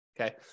Okay